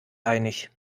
einig